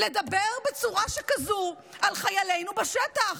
לדבר בצורה שכזאת על חיילינו בשטח.